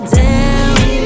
down